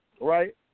right